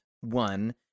one